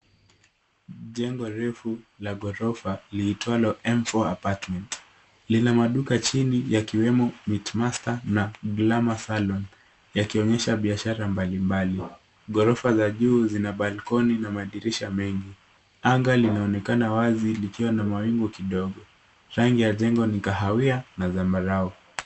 Jengo refu la ghorofa liitwalo M4 Apartment, lina maduka chini yakiwemo Meat master na Glamour salon, yakionyesha biashara mbalimbali. Ghorofa la juu zina balkoni na madirisha mengi. Anga linaonekana wazi likiwa na mawingu kidogo. Rangi ya jengo ni kahawia na zambarau.